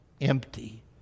empty